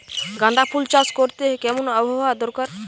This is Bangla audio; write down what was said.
গাঁদাফুল চাষ করতে কেমন আবহাওয়া দরকার?